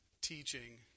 teaching